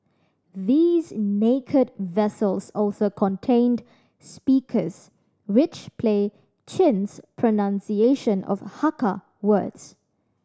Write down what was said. these 'naked' vessels also contained speakers which play Chin's pronunciation of Hakka words